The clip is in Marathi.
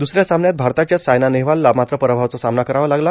दुसऱ्या सामन्यात भारताच्याच सायना नेहवाल ला मात्र परभवाचा सामना करावा लागला